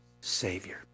Savior